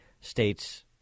states